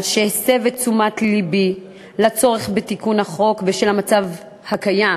על שהסב את תשומת לבי לצורך בתיקון החוק בשל המצב הקיים.